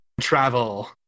travel